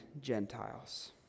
Gentiles